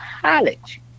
college